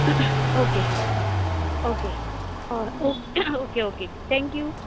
okay okay हय okay okay thank you